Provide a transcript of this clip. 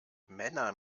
männer